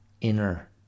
inner